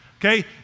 Okay